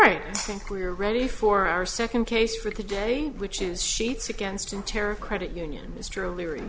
right think we're ready for our second case for today which is sheets against in terror credit union mr leary